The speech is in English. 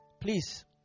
please